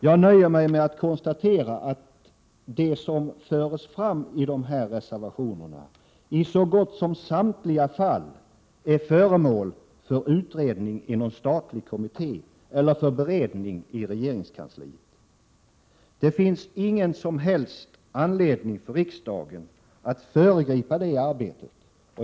Jag nöjer mig med att konstatera att det som förs fram i dessa i så gott som samtliga fall är föremål för utredning i någon statlig kommitté eller för beredning i regeringskansliet. Det finns ingen som helst anledning för riksdagen att föregripa detta arbete.